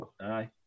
Aye